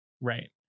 right